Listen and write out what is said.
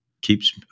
keeps